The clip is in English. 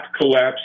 collapse